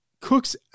cooks